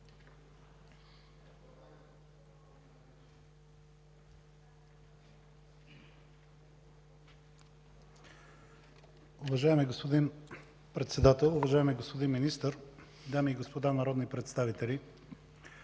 Уважаеми господин Председател, уважаеми господин Министър, дами и господа народни представители!